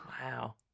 Wow